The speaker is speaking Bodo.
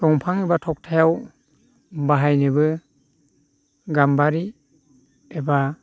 दंफां एबा थख्थायाव बाहायनोबो गाम्बारि एबा